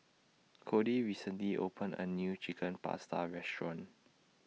Codi recently opened A New Chicken Pasta Restaurant